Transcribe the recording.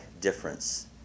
difference